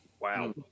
Wow